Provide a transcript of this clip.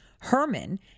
Herman